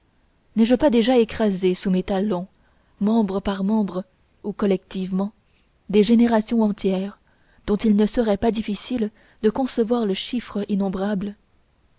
n'ai-je pas déjà écrasé sous mes talons membre par membre ou collectivement des générations entières dont il ne serait pas difficile de concevoir le chiffre innombrable